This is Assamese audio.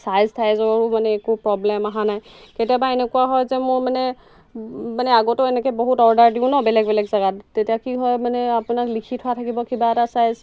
ছাইজ টাইজৰো মানে একো প্ৰব্লেম অহা নাই কেতিয়াবা এনেকুৱা হয় যে মোৰ মানে মানে আগতো এনেকৈ বহুত অৰ্ডাৰ দিওঁ ন বেলেগ বেলেগ জেগাত তেতিয়া কি হয় মানে আপোনাক লিখি থোৱা থাকিব কিবা এটা ছাইজ